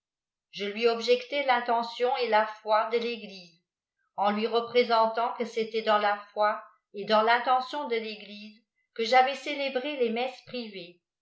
je lui objectais rintention et la foi de rëgtise en lui représentant que c'était dans la foi et dans v'm le n lion de l'éjlisc que j'avais célébré les messes irivées